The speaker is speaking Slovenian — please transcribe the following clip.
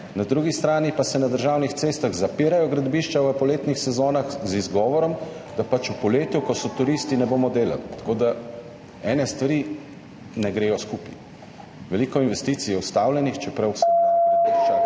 na drugi strani pa se na državnih cestah zapirajo gradbišča v poletnih sezonah z izgovorom, da v poletju, ko so turisti, ne bomo delali. Tako da ene stvari ne gredo skupaj. Veliko investicij je ustavljenih, čeprav so ta gradišča